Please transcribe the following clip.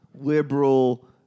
Liberal